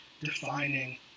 defining